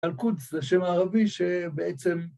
אלקודס זה שם הערבי שבעצם